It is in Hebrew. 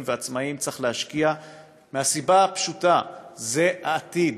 ועצמאיים צריך להשקיע מהסיבה הפשוטה שזה העתיד,